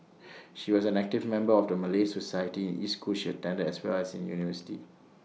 she was an active member of the Malay society in each school she attended as well as in university